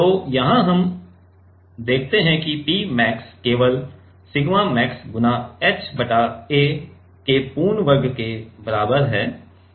तो यहाँ आप देखते है कि P मैक्स केवल सिग्मा मैक्स गुणा h बटा a पूर्ण वर्ग के बराबर हैं